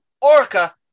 orca